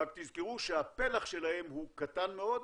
רק תזכרו שהפלח שלהם הוא קטן מאוד.